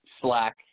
Slack